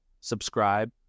subscribe